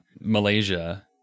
Malaysia